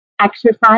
Exercise